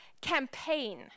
campaign